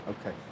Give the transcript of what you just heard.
Okay